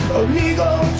illegal